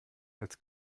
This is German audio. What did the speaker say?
als